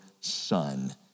son